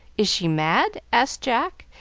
is she mad? asked jack,